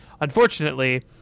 Unfortunately